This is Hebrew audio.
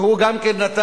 והוא גם נתן